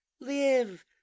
live